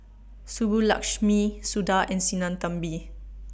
Subbulakshmi Suda and Sinnathamby